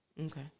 Okay